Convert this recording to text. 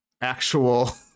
actual